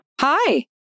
Hi